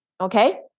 Okay